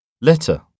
Letter